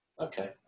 Okay